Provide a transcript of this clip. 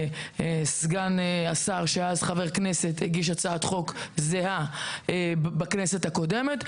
סגן השר שהיה אז חבר כנסת הגיש הצעת חוק זהה בכנסת הקודמת,